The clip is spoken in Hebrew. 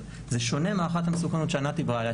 זה שונה מהערכת המסוכנות שענת דיברה עליו,